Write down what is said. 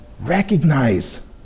Recognize